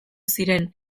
ziren